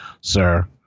sir